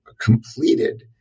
completed